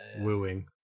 wooing